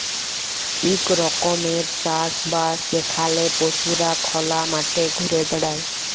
ইক রকমের চাষ বাস যেখালে পশুরা খলা মাঠে ঘুরে বেড়ায়